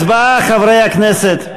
הצבעה, חברי הכנסת,